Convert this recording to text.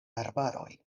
arbaroj